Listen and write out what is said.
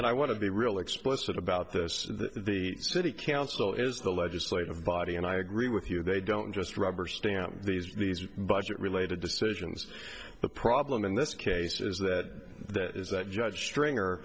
and i want to be real explicit about this the city council is the legislative body and i agree with you they don't just rubber stamp these these budget related decisions the problem in this case is that that is that judge stringer